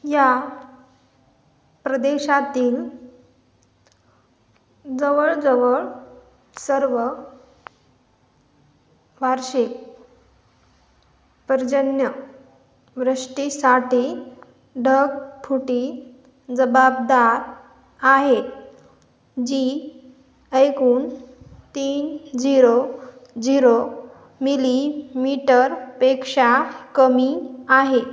या प्रदेशातील जवळजवळ सर्व वार्षिक पर्जन्यवृष्टीसाठी ढगफुटी जबाबदार आहे जी ऐकून तीन झिरो झिरो मिलीमीटरपेक्षा कमी आहे